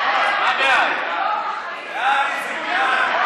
ההצעה להעביר את הצעת חוק שירות ביטחון (תיקון,